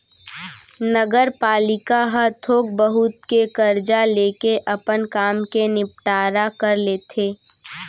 नगरपालिका ह थोक बहुत के करजा लेके अपन काम के निंपटारा कर लेथे